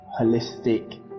holistic